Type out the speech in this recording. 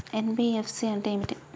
NBFC అంటే ఏమిటి?